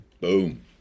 Boom